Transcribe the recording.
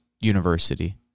university